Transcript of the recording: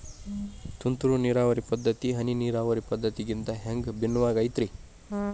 ತುಂತುರು ನೇರಾವರಿ ಪದ್ಧತಿ, ಹನಿ ನೇರಾವರಿ ಪದ್ಧತಿಗಿಂತ ಹ್ಯಾಂಗ ಭಿನ್ನವಾಗಿ ಐತ್ರಿ?